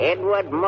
Edward